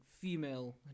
female